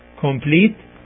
complete